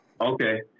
Okay